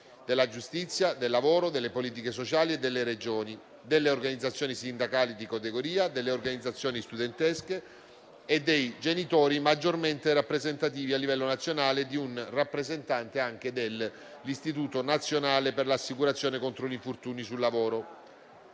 della giustizia, del lavoro e delle politiche sociali e delle Regioni, delle organizzazioni sindacali di categoria, delle organizzazioni studentesche e dei genitori maggiormente rappresentativi a livello nazionale, e anche un rappresentante dell'Istituto nazionale per l'assicurazione contro gli infortuni sul lavoro.